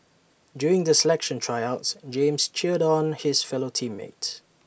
during the selection Tryouts James cheered on his fellow team mates